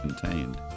contained